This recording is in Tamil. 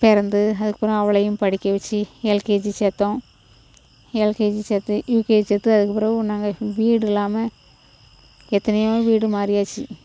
பிறந்து அதுக்கப்புறம் அவளையும் படிக்க வெச்சு எல்கேஜி சேர்த்தோம் எல்கேஜி சேர்த்து யூகேஜி சேர்த்து அதுக்கு பிறகு நாங்கள் வீடு இல்லாமல் எத்தனையோ வீடு மாறியாச்சு